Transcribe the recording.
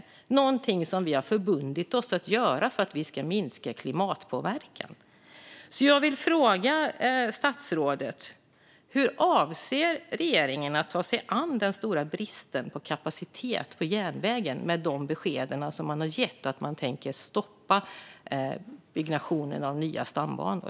Det är någonting som vi har förbundit oss att göra för att vi ska minska klimatpåverkan. Jag vill fråga statsrådet: Hur avser regeringen att ta sig an den stora bristen på kapacitet på järnvägen med de besked man har gett att man tänker stoppa byggnationen av nya stambanor?